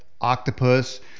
octopus